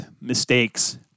mistakes